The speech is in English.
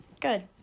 Good